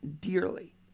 Dearly